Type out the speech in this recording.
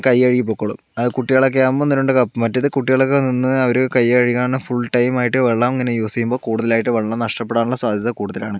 കൈ കഴുകി പൊയ്ക്കോളും കുട്ടികളൊക്കെ ആകുമ്പോൾ ഒന്ന് രണ്ട് കപ്പ് മറ്റേത് കുട്ടികളൊക്കെ നിന്ന് അവർ കൈ കഴുകിയാണേ ഫുൾ ടൈമായിട്ട് വെള്ളം ഇങ്ങനെ യൂസ് ചെയ്യുമ്പോൾ കൂടുതലായിട്ട് വെള്ളം നഷ്ടപ്പെടാനുള്ള സാധ്യത കൂടുതലാണ്